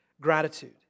Gratitude